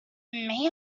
may